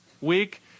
week